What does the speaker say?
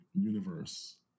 universe